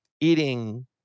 eating